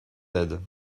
aides